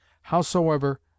Howsoever